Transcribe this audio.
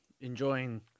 enjoying